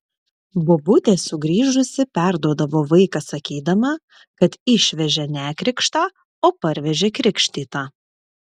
bobutė sugrįžusi perduodavo vaiką sakydama kad išvežė nekrikštą o parvežė krikštytą